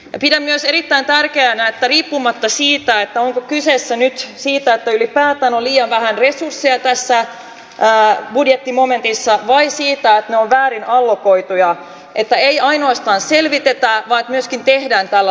pidän myös erittäin tärkeänä että riippumatta siitä onko kyse nyt siitä että ylipäätään on liian vähän resursseja tässä budjettimomentissa vai siitä että ne ovat väärin allokoituja ei ainoastaan selvitetä vaan myöskin tehdään tälle asialle jotain